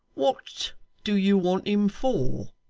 what do you want him for